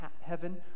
heaven